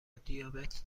دیابت